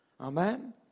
Amen